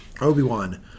Obi-Wan